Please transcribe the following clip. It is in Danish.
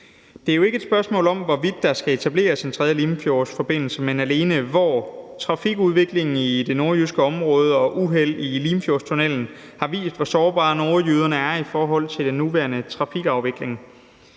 Det er jo ikke spørgsmål om, hvorvidt der skal etableres en tredje Limfjordsforbindelse, men alene om, hvor den skal være, for trafikudviklingen i det nordjyske område og uheld i Limfjordstunnellen har vist, hvor sårbare nordjyderne er i forhold til den nuværende trafikafvikling.